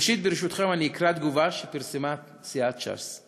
ראשית, ברשותכם, אקרא תגובה שפרסמה סיעת ש״ס: